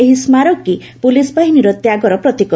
ଏହି ସ୍କାରକୀ ପୋଲିସ୍ ବାହିନୀର ତ୍ୟାଗର ପ୍ରତୀକ